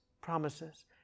promises